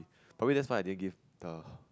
probably that's why I didn't give the